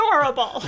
adorable